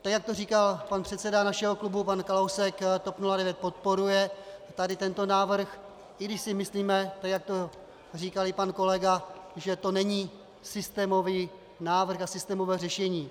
Jak to říkal pan předseda našeho klubu, pan Kalousek, TOP 09 podporuje tento návrh, i když si myslíme, jak to říkal i pan kolega, že to není systémový návrh a systémové řešení.